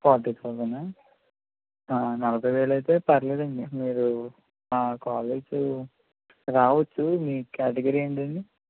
forty thousand ఆ ఆ నలభై వేలయితే పర్వాలేదండి మీరు కాలేజ్ రావచ్చు మీ కేటగిరి ఏంటండీ